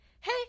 hey